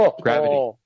Gravity